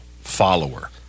follower